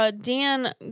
Dan